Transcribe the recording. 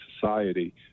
society